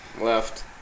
left